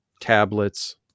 tablets